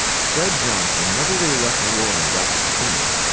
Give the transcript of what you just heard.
fred johnson never really left new orleans after katrina.